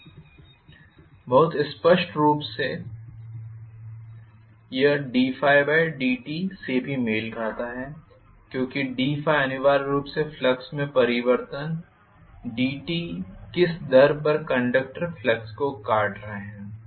बहुत स्पष्ट रूप से यह d∅dt से भी मेल खाता है क्योंकि d∅ अनिवार्य रूप से फ्लक्स में परिवर्तन dt किस दर पर कंडक्टर फ्लक्स को काट रहे हैं